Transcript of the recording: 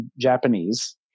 Japanese